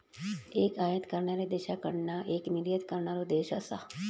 एक आयात करणाऱ्या देशाकडना एक निर्यात करणारो देश असा